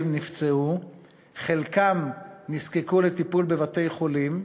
נפצעו וחלקם נזקקו לטיפול בבתי-חולים.